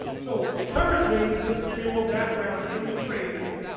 so, currently, just to give you a little background in the trades,